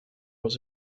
was